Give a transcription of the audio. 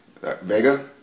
Vega